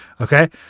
Okay